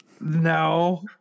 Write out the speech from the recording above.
No